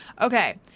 Okay